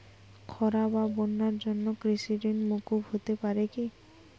খরা বা বন্যার জন্য কৃষিঋণ মূকুপ হতে পারে কি?